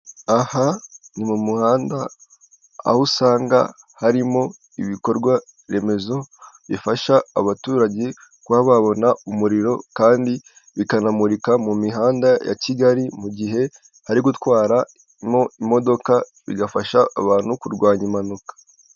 Aha ni mu muhanda aho usanga harimo ibikorwa remezo bifasha abaturage kuba babona umuriro kandi bikanamurika mu mihanda ya Kigali mu gihe bari gutwara mo imodoka bigafasha abantu kurwanya impanuka.